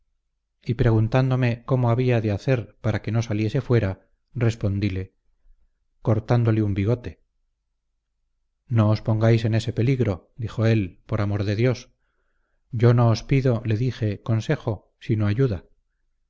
y preguntándome cómo había de hacer para que no saliese fuera respondile cortándole un bigote no os pongáis en ese peligro dijo él por amor de dios yo no os pido le dije consejo sino ayuda